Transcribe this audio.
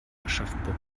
aschaffenburg